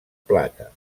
plata